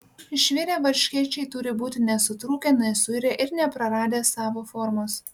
išvirę varškėčiai turi būti nesutrūkę nesuirę ir nepraradę savo formos